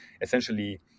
essentially